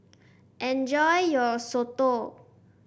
enjoy your soto